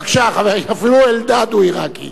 אפילו אלדד הוא עירקי.